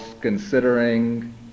considering